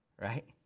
right